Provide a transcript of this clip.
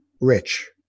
rich